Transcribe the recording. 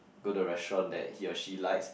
go the restaurant that he or she likes